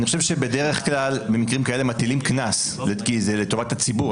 בדרך כלל במקרים כאלה מטילים קנס כי זה לטובת הציבור,